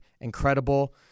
incredible